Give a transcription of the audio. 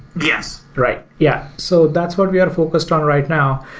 yes. right. yeah so that's what we are focused on right now.